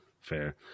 Fair